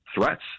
threats